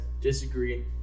disagree